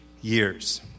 years